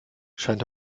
scheint